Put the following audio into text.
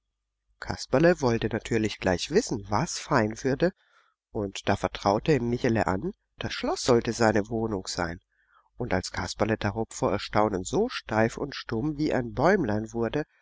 kasperle wollte natürlich gleich wissen was fein würde und da vertraute ihm michele an das schloß sollte seine wohnung sein und als kasperle darob vor erstaunen so steif und stumm wie ein bäumlein wurde